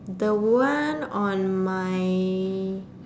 the one on my